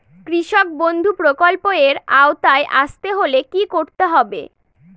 কৃষকবন্ধু প্রকল্প এর আওতায় আসতে হলে কি করতে হবে?